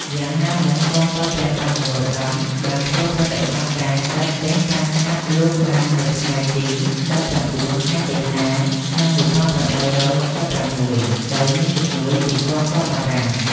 យ៉ាងណាមិញ កងទ័ពព្រះបាទនរោត្តមបានធ្វើប្រតិបត្តិការសឹកដេញតាមចាប់លោកបាននៅថ្ងៃទី ១៩ ខែសីហា ឆ្នាំ ១៨៦៦ំដោយមានជំនួយពីកងទ័ពបារាំង ។